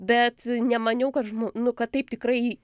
bet nemaniau kad žmo nu kad taip tikrai